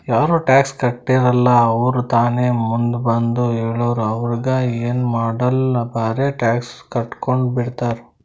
ಯಾರು ಟ್ಯಾಕ್ಸ್ ಕಟ್ಟಿರಲ್ಲ ಅವ್ರು ತಾನೇ ಮುಂದ್ ಬಂದು ಹೇಳುರ್ ಅವ್ರಿಗ ಎನ್ ಮಾಡಾಲ್ ಬರೆ ಟ್ಯಾಕ್ಸ್ ಕಟ್ಗೊಂಡು ಬಿಡ್ತಾರ್